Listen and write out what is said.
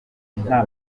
mpuza